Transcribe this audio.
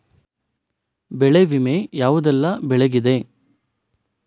ಬೆಳೆ ವಿಮೆ ಯಾವುದೆಲ್ಲ ಬೆಳೆಗಿದೆ?